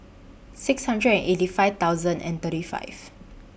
six hundred and eighty five thousand and thirty five